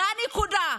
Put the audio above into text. זו הנקודה,